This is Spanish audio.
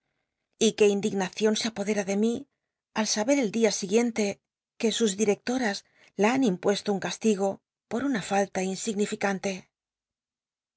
y que indignación se apodera de mi al saber el dia siguiente que sus directoras la han impuesto un castigo por una falta insignificante